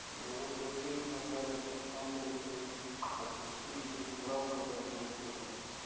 গরুকে ঠিক ভাবে যত্ন করল্যে আর পুষ্টি দিলে ভাল ভাবে দুধ হ্যয়